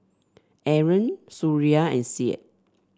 Aaron Suria and Syed